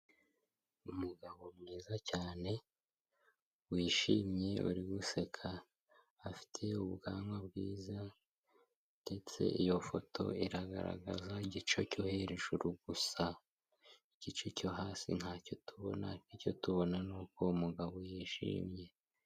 Umugabo mwiza cyane wishimye uri guseka, afite ubwanwa bwiza ndetse iyo foto iragaragaza igice cyo hejuru gusa, igice cyo hasi ntacyo tubona, icyo tubona ni uko uwo mugabo yishimye.